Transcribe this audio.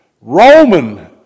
Roman